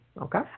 Okay